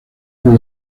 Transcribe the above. con